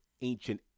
ancient